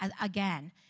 again